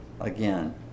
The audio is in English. again